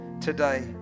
today